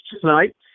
tonight